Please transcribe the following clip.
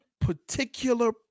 particular